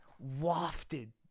wafted